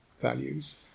values